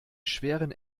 schweren